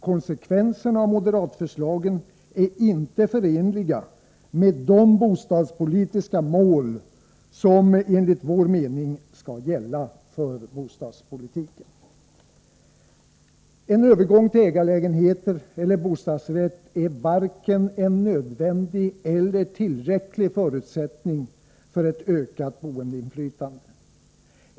Konsekvenserna av moderaternas förslag är inte förenliga med de bostadspolitiska mål som enligt vår mening skall gälla för bostadspolitiken. En övergång till ägarlägenheter eller bostadsrätt är varken en nödvändig eller tillräcklig förutsättning för ett ökat boendeinflytande.